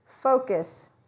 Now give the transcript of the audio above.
focus